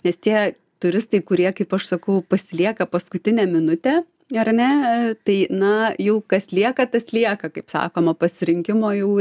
nes tie turistai kurie kaip aš sakau pasilieka paskutinę minutę ar ne tai na jau kas lieka tas lieka kaip sakoma pasirinkimo jau ir